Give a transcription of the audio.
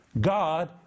God